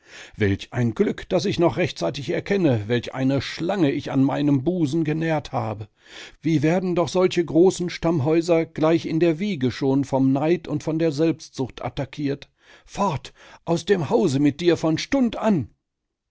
welch ein glück daß ich noch rechtzeitig erkenne welch eine schlange ich an meinem busen genährt habe wie werden doch solche große stammhäuser gleich in der wiege schon vom neid und von der selbstsucht attackiert fort aus dem hause mit dir von stund an